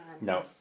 No